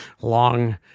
long